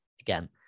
Again